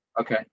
okay